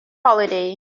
holiday